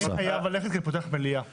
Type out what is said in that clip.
אני חייב ללכת כי אני פותח מליאה.